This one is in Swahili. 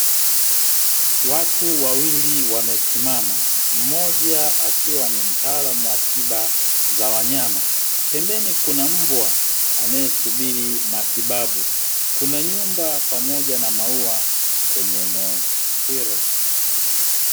Watu wawili wamesimama, mmoja akiwa nimtaalamu wa tiba za wanyama. Pembeni kuna mbwa anayesubiri matibabu. Kuna nyumba pamoja na maua kwenye eneo hilo.